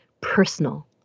personal